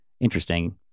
interesting